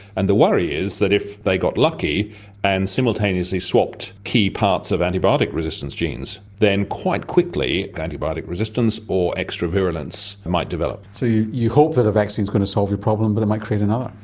and the worry is that if they got lucky and simultaneously swapped key parts of antibiotic resistance genes, then quite quickly antibiotic resistance, or extra-virulence, might develop. so you hope that a vaccine's going to solve your problem but it might create and um